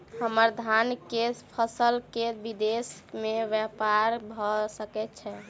हम्मर धान केँ फसल केँ विदेश मे ब्यपार भऽ सकै छै?